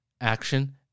Action